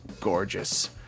gorgeous